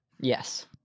Yes